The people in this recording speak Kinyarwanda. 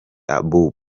abouba